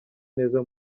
neza